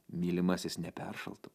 mylimasis neperšaltų